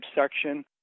section